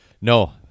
No